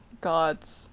gods